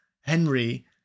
Henry